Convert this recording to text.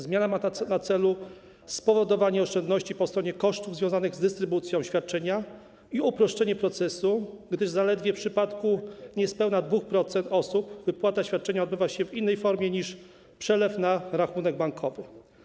Zmiana ta ma na celu uzyskanie oszczędności po stronie kosztów związanych z dystrybucją świadczenia i uproszczenie procesu, gdyż zaledwie w przypadku niespełna 2% osób wypłata świadczenia odbywa się w innej formie niż przelew na rachunek bankowy.